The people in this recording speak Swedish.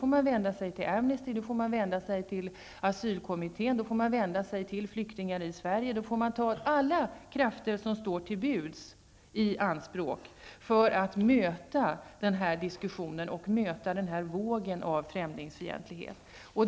Man får vända sig till Amnesty, till asylkommittén och till flyktingar i Sverige och ta i anspråk alla krafter som står till buds för att föra diskussioner och möta denna våg av främlingsfientlighet.